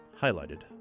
highlighted